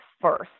first